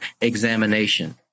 examination